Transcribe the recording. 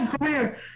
career